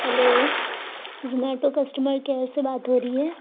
hello Zomato customer care سے بات ہو رہی ہے